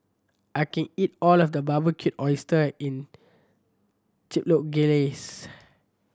I can't eat all of the Barbecued Oyster in Chipotle Glaze